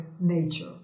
nature